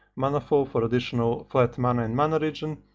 manaflow for additional flat mana and mana regen,